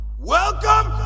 Welcome